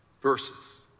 verses